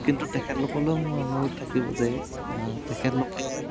কিন্তু তেখেতলোকলৈও মোৰ অনুৰোধ থাকিব যে তেখেতলোকে